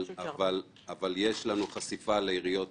יש לנו חשיפה לעיריות